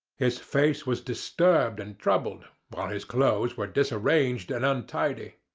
his face was disturbed and troubled, while his clothes were disarranged and untidy.